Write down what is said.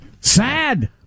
Sad